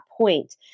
point